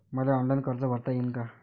मले ऑनलाईन कर्ज भरता येईन का?